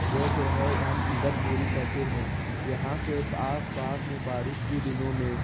جو کہ ہے ہم اگتپوری کہتے ہیں یہاں کے آس پاس میں بارش کی دنوں میں